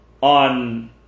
on